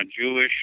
Jewish